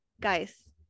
guys